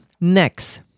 Next